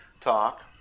talk